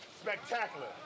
spectacular